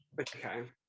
Okay